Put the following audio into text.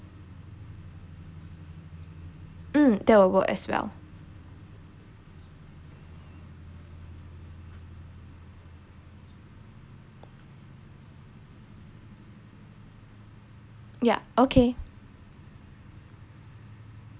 mm that will work as well yeah okay